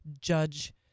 Judge